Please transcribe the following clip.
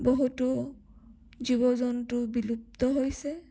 বহুতো জীৱ জন্তু বিলুপ্ত হৈছে